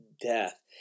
death